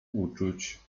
uczuć